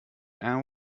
and